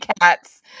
cats